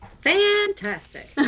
Fantastic